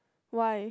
why